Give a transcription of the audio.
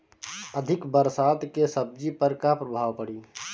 अधिक बरसात के सब्जी पर का प्रभाव पड़ी?